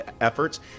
efforts